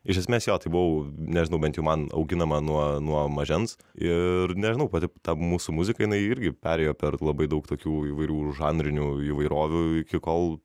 iš esmės jo tai buvo nežinau bent jau man auginama nuo nuo mažens ir nežinau pati ta mūsų muzika jinai irgi perėjo per labai daug tokių įvairių žanrinių įvairovių iki kol